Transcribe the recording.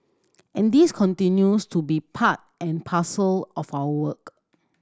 and this continues to be part and parcel of our work